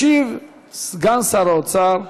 ישיב סגן שר האוצר.